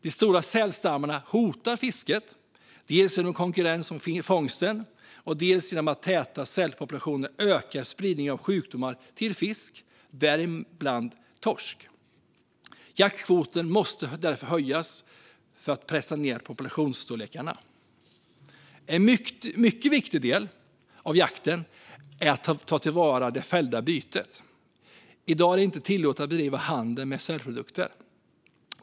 De stora sälstammarna hotar fisket, dels genom konkurrens om fångsten, dels genom att täta sälpopulationer ökar spridningen av sjukdomar till fisk, däribland torsk. Jaktkvoten måste därför höjas, för att pressa ned populationsstorleken. En mycket viktig del av jakten är att ta till vara det fällda bytet. I dag är det inte tillåtet att bedriva handel med sälprodukter.